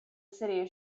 city